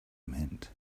meant